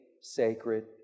sacred